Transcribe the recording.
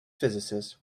physicist